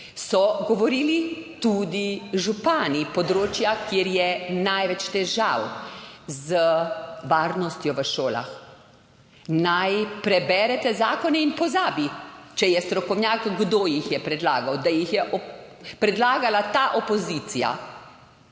so govorili tudi župani, področja, kjer je največ težav z varnostjo v šolah. Naj prebere te zakone in pozabi, če je strokovnjak, kdo jih je predlagal, da jih je predlagala ta opozicija,